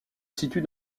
situe